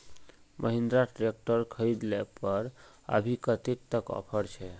Mahindra tractor खरीद ले पर अभी कतेक तक ऑफर छे?